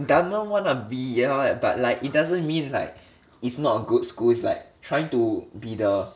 dunman wannabe yeah but like it doesn't mean like it's not a good school it's like trying to be the